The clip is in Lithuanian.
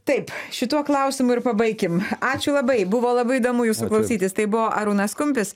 taip šituo klausimu ir pabaikim ačiū labai buvo labai įdomu jūsų klausytis tai buvo arūnas kumpis